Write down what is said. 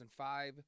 2005